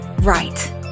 Right